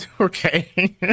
Okay